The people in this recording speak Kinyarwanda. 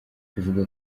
bivugwa